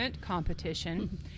Competition